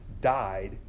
died